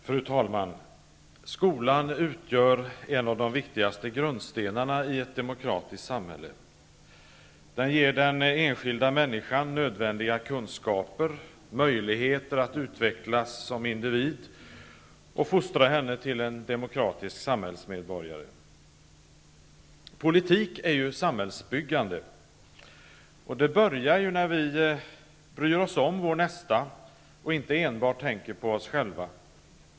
Fru talman! Skolan utgör en av de viktigaste grundstenarna i ett demokratiskt samhälle. Den ger den enskilda människan nödvändiga kunskaper och möjligheter att utvecklas som individ samt fostra henne till en demokratisk samhällsmedborgare. Politik är ju samhällsbyggande, och det börjar när vi bryr oss om vår nästa och inte enbart tänker på oss själva.